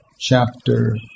chapter